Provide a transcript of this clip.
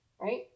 right